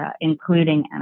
including